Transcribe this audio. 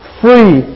free